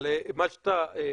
אבל מה שאתה מדבר,